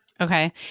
Okay